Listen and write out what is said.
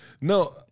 no